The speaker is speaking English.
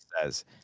says